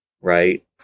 Right